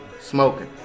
smoking